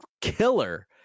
killer